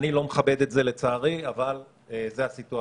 אני לא מכבד את זה, לצערי, אבל זו הסיטואציה.